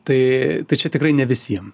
tai tai čia tikrai ne visiem